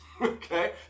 Okay